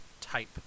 type